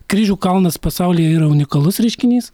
kryžių kalnas pasaulyje yra unikalus reiškinys